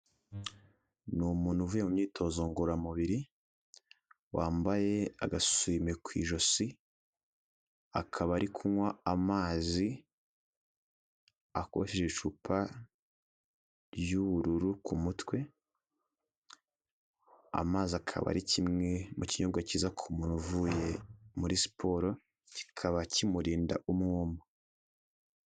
Ni umuntu uvuye mu myitozo ngororamubiri, wambaye agasumi ku ijosi, akaba ari kunywa amazi akojeje icupa ry'ubururu ku mutwe amazi akaba ari kimwe mu kinyobwa cyiza ku muntu uvuye muri siporo kikaba kimurinda umwuma.